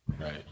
Right